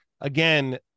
again